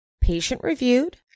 patient-reviewed